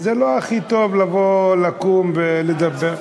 זה לא הכי טוב לבוא, לקום ולדבר.